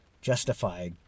justify